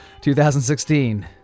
2016